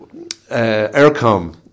Aircom